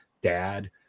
dad